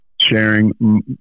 sharing